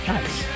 Nice